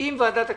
עם ועדת הכספים,